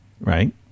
right